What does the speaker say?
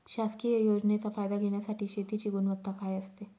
शासकीय योजनेचा फायदा घेण्यासाठी शेतीची गुणवत्ता काय असते?